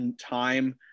time